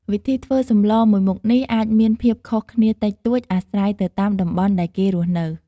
វិធីធ្វើសម្លមួយមុខនេះអាចមានភាពខុសគ្នាតិចតួចអាស្រ័យទៅតាមតំបន់ដែលគេរស់នៅ។